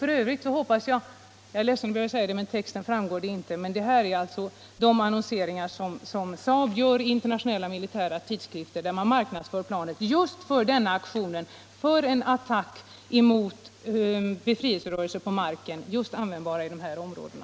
Jag är ledsen att behöva säga det, men det framgår inte av bilden jag visar men av texten framgår att det här förevisade är de annonseringar som SAAB gör i internationella militära tidskrifter där man marknadsför planet som lämpligt just för attacker mot befrielserörelser på marken med den beväpning jag talat om och användbara i denna typ av områdena.